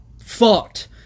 fucked